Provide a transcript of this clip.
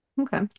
Okay